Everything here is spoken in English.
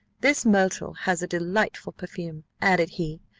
this myrtle has a delightful perfume, added he,